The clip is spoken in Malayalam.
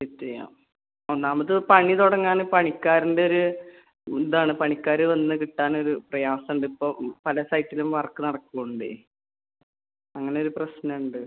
ഫിറ്റ് ചെയ്യാം ഒന്നാമത് പണി തുടങ്ങാൻ പണിക്കാരിൻറെ ഒരു ഇതാണ് പണിക്കാർ വന്ന് കിട്ടാനൊരു പ്രയാസം ഉണ്ട് ഇപ്പോൾ പല സൈറ്റിലും വർക്ക് നടക്കുന്നതുകൊണ്ടേ അങ്ങനെ ഒരു പ്രശ്നം ഉണ്ട്